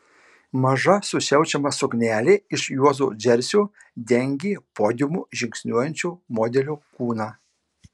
maža susiaučiama suknelė iš juodo džersio dengė podiumu žingsniuojančio modelio kūną